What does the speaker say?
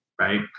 right